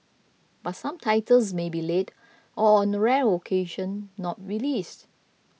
but some titles may be late or on a rare occasion not released